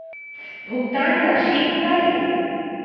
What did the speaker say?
भुगतान राशि का हे?